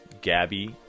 Gabby